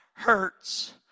hurts